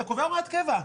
אתה קובע הוראת קבע,